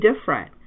different